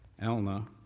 Elna